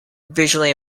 visually